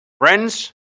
Friends